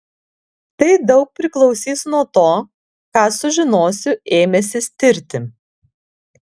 tai daug priklausys nuo to ką sužinosiu ėmęsis tirti